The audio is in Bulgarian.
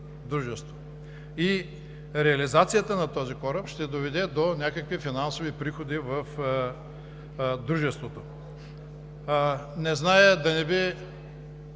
дружество. И реализацията на този кораб ще доведе до някакви финансови приходи в дружеството. Не зная, да не би